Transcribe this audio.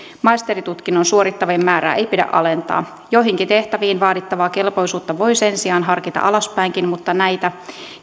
maisterintutkinnon suorittavien määrää ei pidä alentaa joihinkin tehtäviin vaadittavaa kelpoisuutta voi sen sijaan harkita alaspäinkin mutta näitä